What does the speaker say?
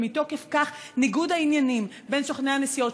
ומתוקף כך ניגוד העניינים בין סוכני הנסיעות